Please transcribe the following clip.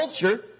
culture